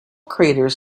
craters